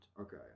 okay